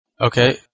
Okay